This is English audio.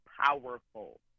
powerful